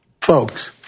Folks